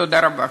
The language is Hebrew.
תודה רבה.